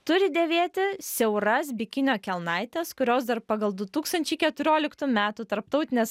turi dėvėti siauras bikinio kelnaites kurios dar pagal du tūkstančiai keturioliktų metų tarptautinės